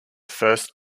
first